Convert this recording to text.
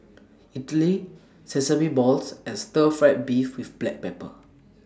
Idly Sesame Balls and Stir Fried Beef with Black Pepper